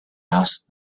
asked